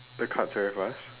the card very fast